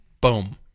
boom